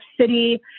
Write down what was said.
City